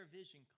vision